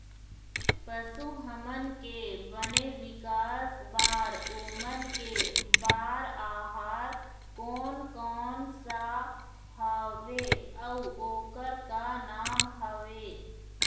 पशु हमन के बने विकास बार ओमन के बार आहार कोन कौन सा हवे अऊ ओकर का नाम हवे?